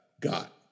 got